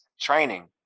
training